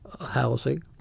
housing